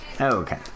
Okay